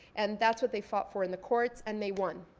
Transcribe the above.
and that's what they fought for in the courts and they won.